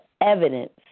evidence